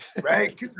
right